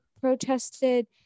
protested